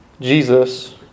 Jesus